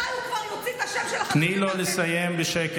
מתי הוא כבר יוציא את השם, תני לו לסיים בשקט.